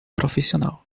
profissional